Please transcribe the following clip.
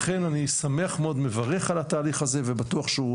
לכן אני שמח מאוד ומברך על התהליך הזה ובטוח שהוא,